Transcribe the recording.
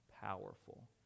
powerful